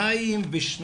202 מעונות,